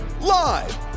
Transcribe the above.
live